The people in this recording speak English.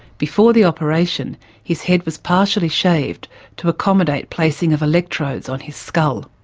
before the operation his head was partially shaved to accommodate placing of electrodes on his skull.